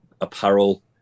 apparel